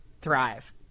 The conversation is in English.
thrive